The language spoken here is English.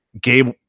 Gabe